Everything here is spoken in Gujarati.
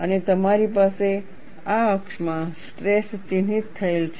અને તમારી પાસે આ અક્ષમાં સ્ટ્રેસ ચિહ્નિત થયેલ છે